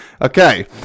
Okay